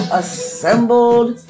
assembled